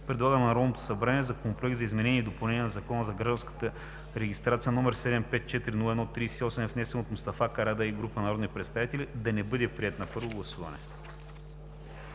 предлага на Народното събрание Законопроект за изменение и допълнение на Закона за гражданската регистрация, № 754-01-38, внесен от Мустафа Карадайъ и група народни представители, да не бъде приет на първо гласуване.“